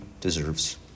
deserves